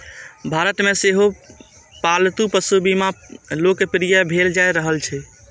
भारत मे सेहो पालतू पशु बीमा लोकप्रिय भेल जा रहल छै